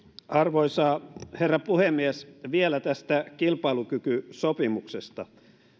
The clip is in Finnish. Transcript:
arvoisa herra puhemies vielä tästä kilpailukykysopimuksesta